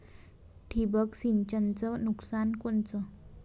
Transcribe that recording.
ठिबक सिंचनचं नुकसान कोनचं?